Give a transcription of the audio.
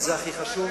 וזה הכי חשוב,